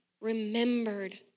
remembered